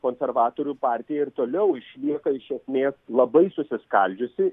konservatorių partija ir toliau išlieka iš esmės labai susiskaldžiusi